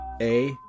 A-